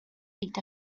feet